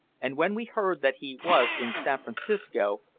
and when we heard that he was in san francisco,